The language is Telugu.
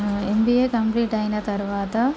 ఎంబీఏ కంప్లీట్ అయిన తరువాత